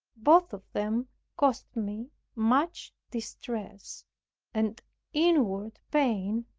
both of them cost me much distress and inward pain,